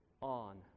on